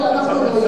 לא, אנחנו לא.